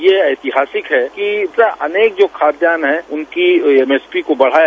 ये ऐतिहासिक है कि इस तरह उसके जो खाद्यान है उनकी एमएससी को बढ़ाया